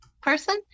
person